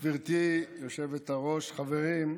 גברתי היושבת-ראש, חברים,